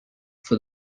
for